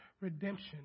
redemption